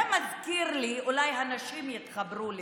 אולי הנשים יתחברו לזה: